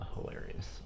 hilarious